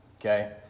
Okay